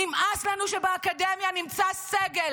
נמאס לנו שבאקדמיה נמצא סגל